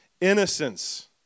Innocence